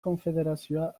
konfederazioa